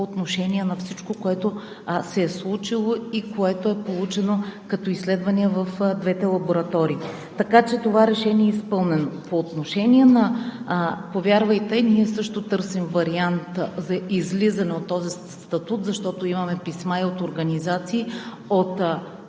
отношение на всичко, което се е случило и което е получено, като изследвания в двете лаборатории. Така че това решение е изпълнено. Повярвайте, ние също търсим вариант за излизане от този статут, защото имаме писма и от организации, от